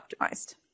optimized